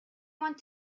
want